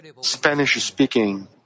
Spanish-speaking